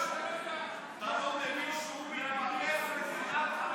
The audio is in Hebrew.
יש טענות למישהו שמתפרנס משנאת חרדים.